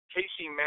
Casey